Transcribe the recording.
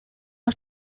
are